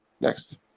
Next